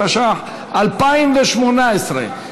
התשע"ח 2018,